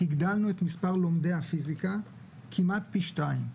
הגדלנו את מספר לומדי הפיזיקה כמעט פי שתיים.